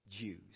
Jews